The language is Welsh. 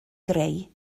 greu